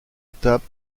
étape